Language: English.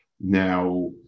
Now